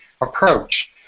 approach